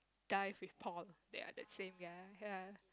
dive with Paul they are the same guy ya